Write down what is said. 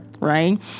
right